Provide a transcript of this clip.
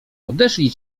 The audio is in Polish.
odeszli